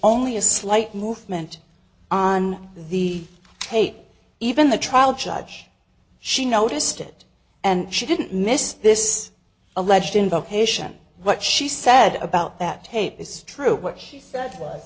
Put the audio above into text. only a slight movement on the tape even the trial judge she noticed it and she didn't miss this alleged in vocation what she said about that tape is true what she said